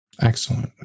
excellent